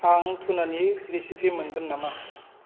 आं तुनानि रेचिपि मोनगोन नामा